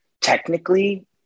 technically